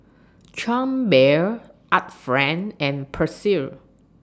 Chang Beer Art Friend and Persil